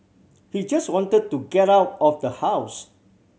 he just wanted to get out of the house